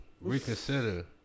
reconsider